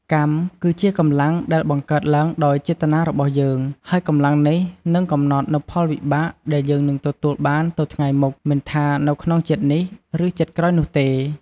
កម្មគឺជាកម្លាំងដែលបង្កើតឡើងដោយចេតនារបស់យើង ហើយកម្លាំងនេះនឹងកំណត់នូវផលវិបាកដែលយើងនឹងទទួលបានទៅថ្ងៃមុខ មិនថានៅក្នុងជាតិនេះ ឬជាតិក្រោយនោះទេ។